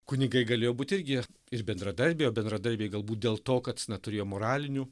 kunigai galėjo būt irgi ir bendradarbiai o bendradarbiai galbūt dėl to kad na turėjo moralinių